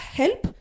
help